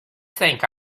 think